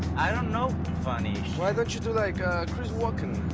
i don't know funny. why don't you do like chris walken?